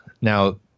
Now